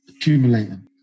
accumulating